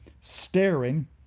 staring